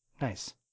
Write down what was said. Nice